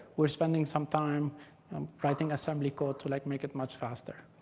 we're spending some time um writing assembly code to like make it much faster.